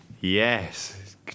Yes